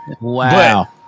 Wow